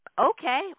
okay